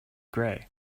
gray